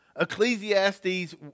Ecclesiastes